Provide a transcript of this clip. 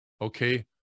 Okay